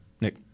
Nick